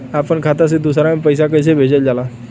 अपना खाता से दूसरा में पैसा कईसे भेजल जाला?